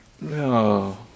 No